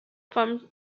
from